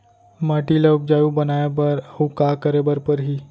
माटी ल उपजाऊ बनाए बर अऊ का करे बर परही?